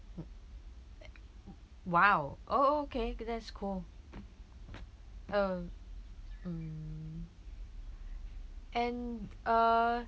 !wow! oh okay okay that's cool uh mm and uh